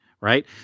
right